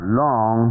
long